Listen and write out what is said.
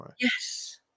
Yes